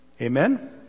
Amen